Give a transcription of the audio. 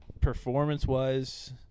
performance-wise